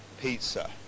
pizza